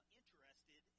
interested